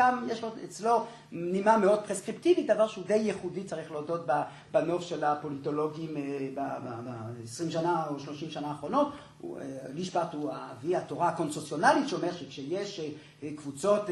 גם יש אצלו נימה מאוד פרספקטיבית, דבר שהוא די ייחודי צריך להודות בנוף של הפוליטולוגים בעשרים שנה או שלושים שנה האחרונות. לישפט הוא האבי התורה הקונספציונלית שאומר שכשיש קבוצות